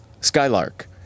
skylark